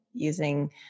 using